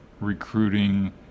recruiting